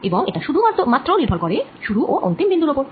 এবং এটা শুধুমাত্র নির্ভর করে শুরু ও অন্তিম বিন্দুর ওপর